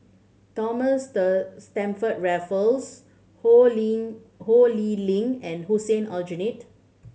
Thomas Stamford Raffles Ho Ling Ho Lee Ling and Hussein Aljunied